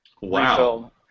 Wow